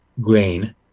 grain